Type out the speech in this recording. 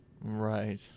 Right